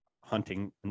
hunting